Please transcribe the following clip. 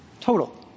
total